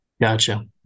Gotcha